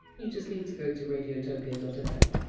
you just need to go to radiotopia but fm